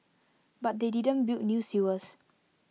but they didn't build new sewers